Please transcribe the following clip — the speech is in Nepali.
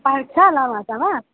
पार्क छ लामा हट्टामा